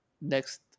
next